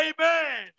Amen